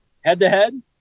head-to-head